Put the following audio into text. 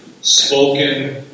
spoken